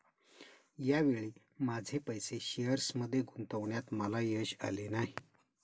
या वेळी माझे पैसे शेअर्समध्ये गुंतवण्यात मला यश आले नाही